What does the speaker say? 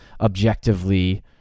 objectively